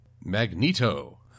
Magneto